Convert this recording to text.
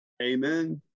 amen